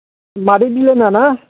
मादै बिलिना ना